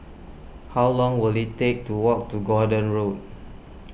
how long will it take to walk to Gordon Road